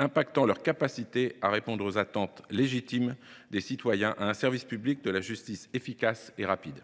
obère leur capacité à répondre aux attentes – légitimes – des citoyens, qui appellent de leurs vœux un service public de la justice efficace et rapide.